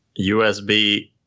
USB